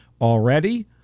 already